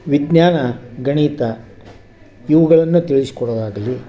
ವಿಜ್ಞಾನ ಗಣಿತ ಇವುಗಳನ್ನ ತಿಳಿಸ್ಕೊಡೋದಾಗ್ಲಿ